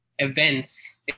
events